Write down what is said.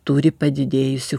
turi padidėjusį